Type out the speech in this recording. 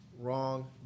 wrong